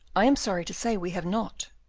i am sorry to say we have not.